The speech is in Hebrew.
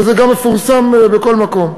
וזה גם מפורסם בכל מקום.